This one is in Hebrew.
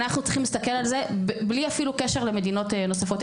אנחנו צריכים להסתכל על זה בלי אפילו קשר למדינות נוספות,